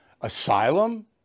asylum